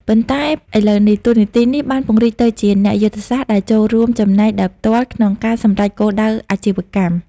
ប៉ុន្តែឥឡូវនេះ តួនាទីនេះបានពង្រីកទៅជាអ្នកយុទ្ធសាស្ត្រ ដែលចូលរួមចំណែកដោយផ្ទាល់ក្នុងការសម្រេចគោលដៅអាជីវកម្ម។